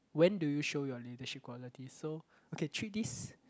when do you show your leadership qualities so okay treat this